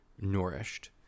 nourished